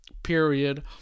period